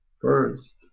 First